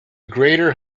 greater